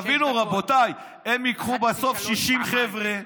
תבינו, רבותיי, הם ייקחו בסוף 60 חבר'ה,